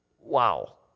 Wow